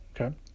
Okay